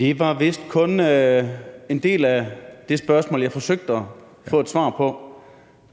et svar på en del af det spørgsmål, jeg forsøgte at få et svar på.